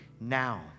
now